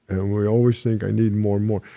and we always think, i need more and more,